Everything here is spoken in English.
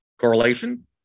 correlation